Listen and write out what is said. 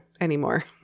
anymore